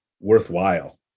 worthwhile